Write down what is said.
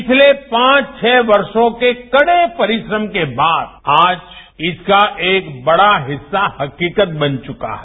पिछले पांच छह वर्षों के कड़े परिश्रम के बाद आज इसका एक बड़ा हिस्सा हकीकत बन चुका है